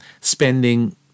spending